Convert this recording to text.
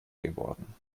geworden